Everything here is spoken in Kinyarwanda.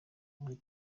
muri